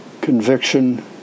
conviction